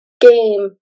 game